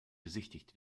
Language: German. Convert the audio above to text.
besichtigt